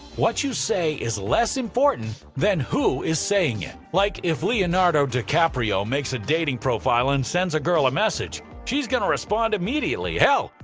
what you say is less important than who is saying it. like if leonardo dicaprio makes a dating profile and sends a girl a message, she's gonna respond immediately. hell,